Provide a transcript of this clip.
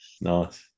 Nice